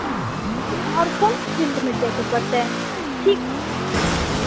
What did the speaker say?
हँ आओर कोन फील्डमे जाएके परतै ठीक